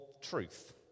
truth